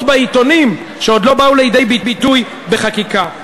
בעיתונים שעוד לא באו לידי ביטוי בחקיקה.